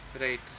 right